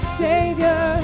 savior